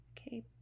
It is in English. Okay